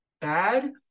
bad